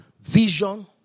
vision